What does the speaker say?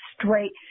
straight